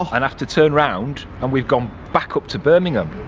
um and have to turn round and we've gone back up to birmingham.